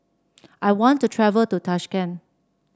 I want to travel to Tashkent